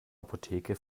apotheke